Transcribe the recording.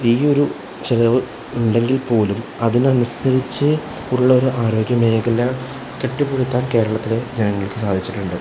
ഈ ഒരു ചിലവ് ഉണ്ടെങ്കിൽ പോലും അതിനനുസരിച്ച് ഉള്ള ഒരു ആരോഗ്യ മേഖല കെട്ടിപ്പെടുത്താൻ കേരളത്തിലെ ജനങ്ങൾക്ക് സാധിച്ചിട്ടുണ്ട്